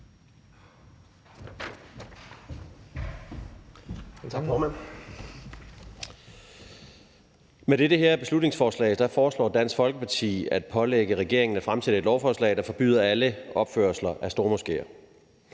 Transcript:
Med dette beslutningsforslag foreslår Dansk Folkeparti at pålægge regeringen at fremsætte et lovforslag, der forbyder alle opførelser af stormoskéer.